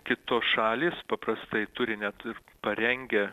kitos šalys paprastai turi net ir parengę